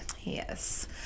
yes